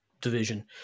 division